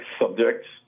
subjects